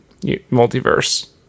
multiverse